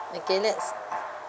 okay let's